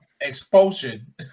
expulsion